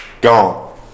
gone